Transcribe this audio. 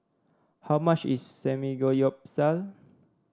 how much is Samgyeopsal